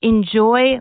Enjoy